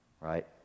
Right